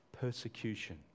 persecution